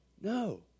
No